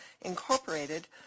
Incorporated